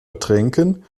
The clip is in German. ertränken